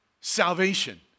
salvation